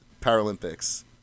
Paralympics